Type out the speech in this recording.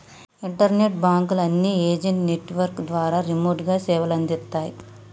internet బాంకుల అన్ని agent network ద్వారా రిమోట్ గా సేవలందిత్తాయి